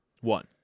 One